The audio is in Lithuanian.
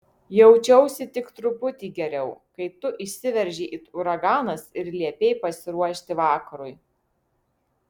jaučiausi tik truputį geriau kai tu įsiveržei it uraganas ir liepei pasiruošti vakarui